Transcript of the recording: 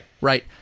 right